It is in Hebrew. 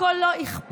הכול לא אכפתי.